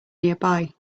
nearby